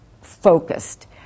focused